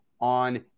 on